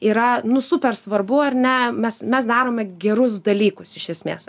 yra nu super svarbu ar ne mes mes darome gerus dalykus iš esmės